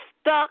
stuck